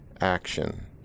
action